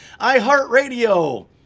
iHeartRadio